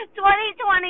2020